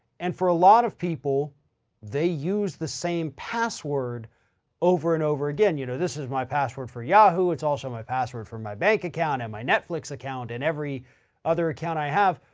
and for a lot of people they use the same password over and over again. you know, this is my password for yahoo. it's also my password for my bank account and my netflix account and every other account i have.